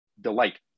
delight